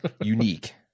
Unique